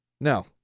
No